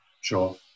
Sure